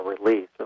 release